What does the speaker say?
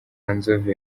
nzove